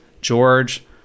George